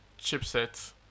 chipset